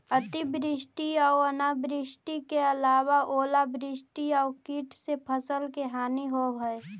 अतिवृष्टि आऊ अनावृष्टि के अलावा ओलावृष्टि आउ कीट से फसल के हानि होवऽ हइ